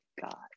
God